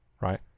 right